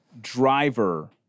driver